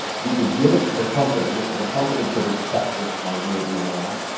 you could give it to the company, and the company could accept it on your behalf,